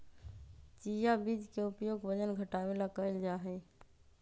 chia बीज के उपयोग वजन घटावे ला कइल जाहई